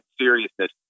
seriousness